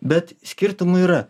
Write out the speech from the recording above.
bet skirtumų yra